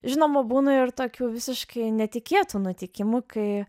žinoma būna ir tokių visiškai netikėtų nutikimų kai